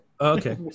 Okay